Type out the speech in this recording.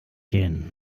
hin